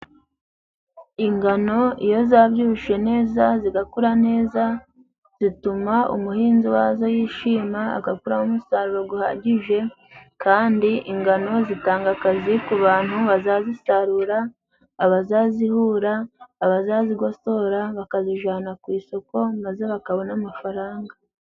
Ingano iyo zabyibushe neza zigakura neza, zituma umuhinzi wazo yishima agakuramo umusaruro guhagije. Kandi ingano zitanga akazi ku bantu bazazisarura, abazazihura, abazazigosora bakazijana ku isoko maze bakabona amafaranga.